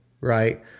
right